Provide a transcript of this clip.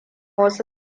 wasu